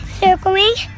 circling